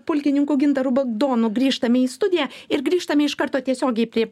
pulkininku gintaru bagdonu grįžtame į studiją ir grįžtame iš karto tiesiogiai prie